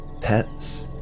pets